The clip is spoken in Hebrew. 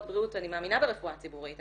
בריאות אני מאמינה ברפואה הציבורית,